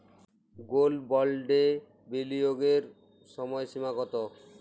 Gold বন্ডে বিনিয়োগের সময়সীমা কতো?